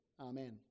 Amen